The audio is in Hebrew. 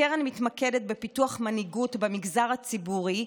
הקרן מתמקדת בפיתוח מנהיגות במגזר הציבורי,